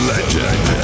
Legend